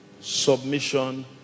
Submission